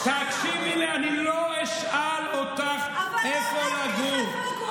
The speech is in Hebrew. מי אומר לך איפה לגור?